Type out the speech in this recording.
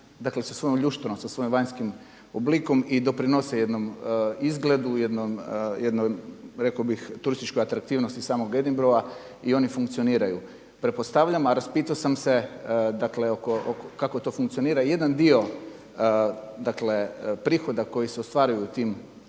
dakle sa svojom ljušturom, sa svojim vanjskim oblikom i doprinose jednom izgledu, jednom rekao bih turističkoj atraktivnosti samog Edinburgha i oni funkcioniraju. Pretpostavljam a raspitao sam se dakle kako to funkcionira. Jedan dio dakle prihoda koji se ostvaruju u ti